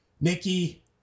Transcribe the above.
Nikki